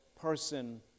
person